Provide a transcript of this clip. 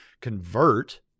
convert